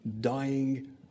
dying